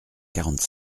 quarante